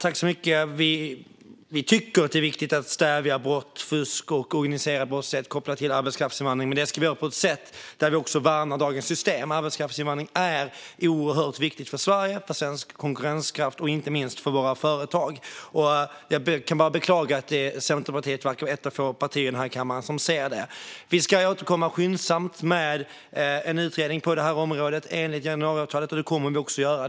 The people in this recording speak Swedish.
Fru talman! Vi tycker att det är viktigt att stävja brott, fusk och organiserad brottslighet med koppling till arbetskraftsinvandringen, men detta ska vi göra så att vi också värnar dagens system. Arbetskraftsinvandring är oerhört viktigt för Sverige, för svensk konkurrenskraft och inte minst för våra företag. Jag kan bara beklaga att Centerpartiet verkar vara ett av få partier i denna kammare som ser det. Vi ska enligt januariavtalet återkomma skyndsamt med en utredning på detta område, och det kommer vi också att göra.